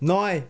নয়